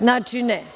Znači ne.